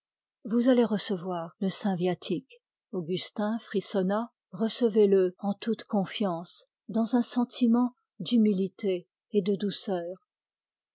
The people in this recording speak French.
vous allez recevoir le saint viatique augustin frissonna recevez-le en toute confiance dans un sentiment d'humilité et de douceur